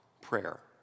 prayer